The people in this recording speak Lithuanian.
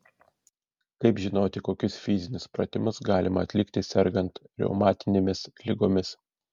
kaip žinoti kokius fizinius pratimus galima atlikti sergant reumatinėmis ligomis